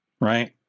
Right